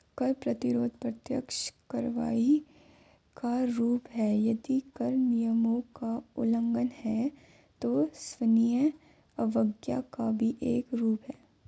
कर प्रतिरोध प्रत्यक्ष कार्रवाई का रूप है, यदि कर नियमों का उल्लंघन है, तो सविनय अवज्ञा का भी एक रूप है